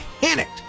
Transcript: panicked